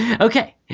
Okay